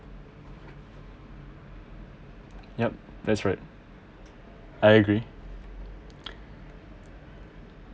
yup that's right I agree